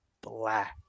black